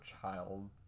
child